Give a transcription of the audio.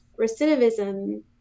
recidivism